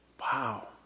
Wow